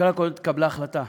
בממשלה הקודמת התקבלה החלטה